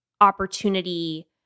opportunity